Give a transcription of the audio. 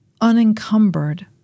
unencumbered